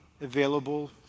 available